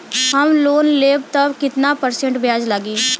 हम लोन लेब त कितना परसेंट ब्याज लागी?